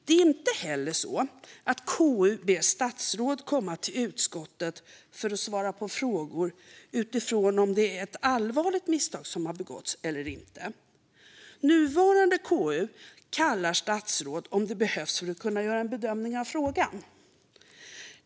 Det är inte heller så att KU ber statsråd komma till utskottet för att svara på frågor beroende på om det är ett allvarligt misstag som har begåtts eller inte. Nuvarande KU kallar statsråd när det behövs för att kunna göra en bedömning av frågan.